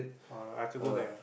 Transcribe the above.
uh I have to go there